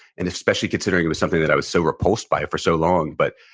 and especially considering it was something that i was so repulsed by for so long, but